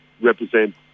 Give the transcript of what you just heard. represent